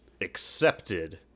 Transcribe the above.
accepted